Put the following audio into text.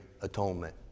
atonement